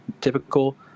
typical